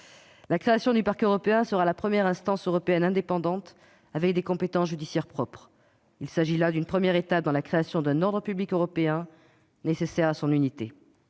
Le Parquet européen sera la première instance européenne indépendante disposant de compétences judiciaires propres. Il s'agit là d'une première étape dans la création d'un ordre public européen, nécessaire à notre unité.